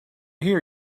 hear